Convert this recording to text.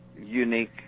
unique